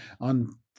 on